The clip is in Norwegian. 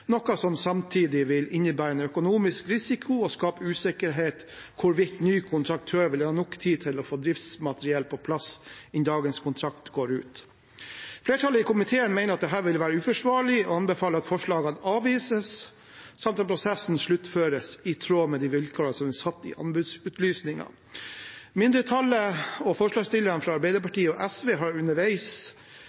noe som samtidig vil innebære en økonomisk risiko og skape usikkerhet om hvorvidt en ny kontraktør vil ha nok tid til å få driftsmateriell på plass innen dagens kontrakt går ut. Flertallet i komiteen mener dette vil være uforsvarlig, og anbefaler at forslagene avvises, samt at prosessen sluttføres i tråd med de vilkårene som er satt i anbudsutlysningen. Mindretallet – forslagsstillerne fra Arbeiderpartiet og SV – har underveis